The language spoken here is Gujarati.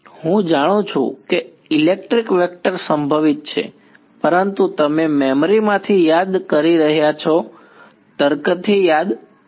હું જાણું છું કે ઇલેક્ટ્રિક વેક્ટર સંભવિત છે પરંતુ તમે મેમરીમાંથી યાદ કરી રહ્યા છો તર્કથી યાદ કરે છે